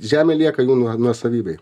žemė lieka jų nuo nuosavybėj